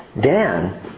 Dan